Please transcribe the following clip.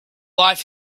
life